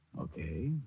Okay